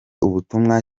ubutumwa